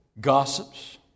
gossips